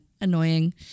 annoying